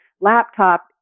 laptop